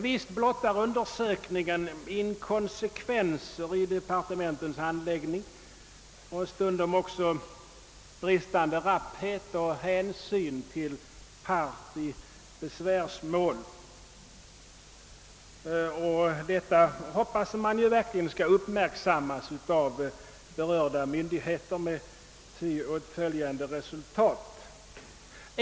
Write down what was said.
Visst blottar undersökningen inkonsekvenser i departementets handläggning och stundom även bristande rapphet och hänsyn till part i besvärsmål. Detta hoppas man verkligen skall uppmärksammas av berörda myndigheter med ty åtföljande resultat.